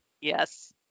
Yes